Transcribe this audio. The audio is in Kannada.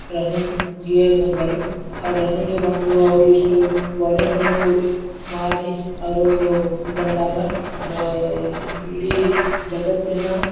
ರನ್ನಿಂಗೆ ಬಂದರು ಅವ್ರು ರನ್ನಿಂಗೆ ಬಂದು ಅವರು ಇಷ್ಟು ಬಾಡಿಯನ್ನೂ ಮಾಡಿ ಅವರು ಬಂದಾಗ ದಾ ಇಡೀ ಜಗತ್ತಿನ